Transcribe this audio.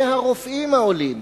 החולים העולים והרופאים העולים.